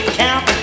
count